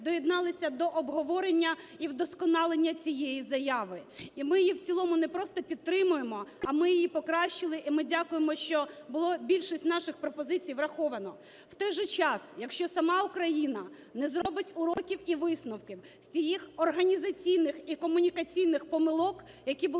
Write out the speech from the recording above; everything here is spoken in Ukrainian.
доєдналися до обговорення і вдосконалення цієї заяви. І ми її в цілому не просто підтримуємо, а ми її покращили. І ми дякуємо, що було більшість наших пропозицій враховано. В той же час, якщо сама Україна не зробить уроків і висновків з цих організаційних і комунікаційних помилок, які були